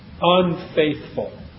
unfaithful